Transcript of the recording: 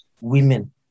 women